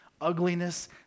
ugliness